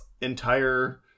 entire